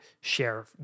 share